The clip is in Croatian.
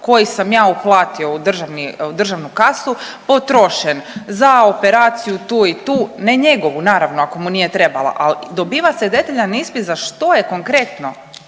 koji sam ja platio u državnu kasu potrošen za operaciju tu i tu, ne njegovu, naravno, ako mu nije trebala, ali dobiva se detaljan ispis za što je konkretno